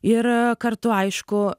ir kartu aišku